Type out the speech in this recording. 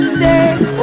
take